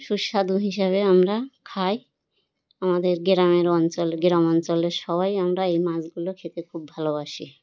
সুস্বাদু হিসাবে আমরা খাই আমাদের গ্রামের অঞ্চল গ্রাম অঞ্চলের সবাই আমরা এই মাছগুলো খেতে খুব ভালোবাসি